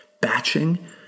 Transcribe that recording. batching